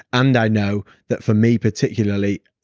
and i know that for me, particularly,